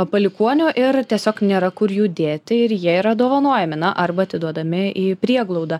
palikuonių ir tiesiog nėra kur jų dėti ir jie yra dovanojami na arba atiduodami į prieglaudą